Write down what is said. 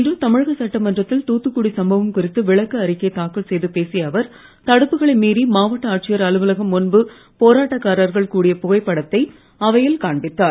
இன்று தமிழக சட்டமன்றத்தில் தூத்துக்குடி சம்பவம் குறித்து விளக்க அறிக்கை தாக்கல் செய்து பேசிய அவர் தடுப்புகளை மீறி மாவட்ட ஆட்சியர் ழுன்பு போராட்டக்காரர்கள் கூடிய புகைப்படத்தை அவையில் அலுவலகம் காண்பித்தார்